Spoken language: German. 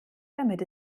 damit